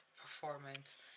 performance